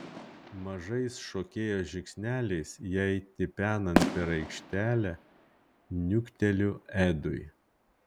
mažais šokėjos žingsneliais jai tipenant per aikštelę niukteliu edui